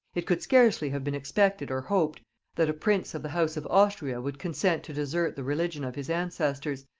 it could scarcely have been expected or hoped that a prince of the house of austria would consent to desert the religion of his ancestors,